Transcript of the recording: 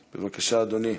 בבקשה, אדוני.